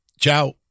Ciao